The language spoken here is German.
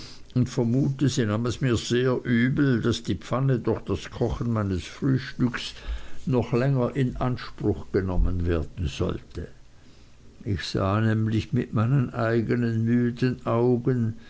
und vermute sie nahm es mir sehr übel daß die pfanne durch das kochen meines frühstücks noch länger in anspruch genommen werden sollte ich sah nämlich mit meinen eignen müden augen